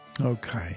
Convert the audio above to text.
Okay